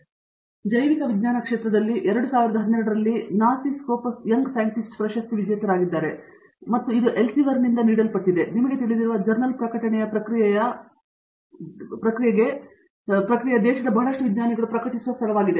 ಅವರು ಜೈವಿಕ ವಿಜ್ಞಾನ ಕ್ಷೇತ್ರದಲ್ಲಿ 2012 ರಲ್ಲಿ ನಾಸಿ ಸ್ಕೋಪಸ್ ಯಂಗ್ ಸೈಂಟಿಸ್ಟ್ ಪ್ರಶಸ್ತಿ ವಿಜೇತರಾಗಿದ್ದಾರೆ ಮತ್ತು ಇದು ಎಲ್ಸೆವಿಯರ್ನಿಂದ ನೀಡಲ್ಪಟ್ಟಿದೆ ನಿಮಗೆ ತಿಳಿದಿರುವ ಜರ್ನಲ್ ಪ್ರಕಟಣೆಯ ಪ್ರಕ್ರಿಯೆಯ ದೇಶದ ಬಹಳಷ್ಟು ವಿಜ್ಞಾನಿಗಳು ಪ್ರಕಟಿಸುವ ಸ್ಥಳವಾಗಿದೆ